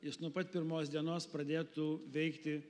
jis nuo pat pirmos dienos pradėtų veikti